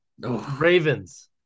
Ravens